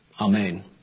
Amen